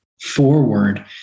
forward